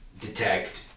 detect